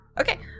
Okay